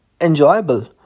enjoyable